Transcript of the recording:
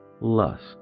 lust